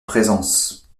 présence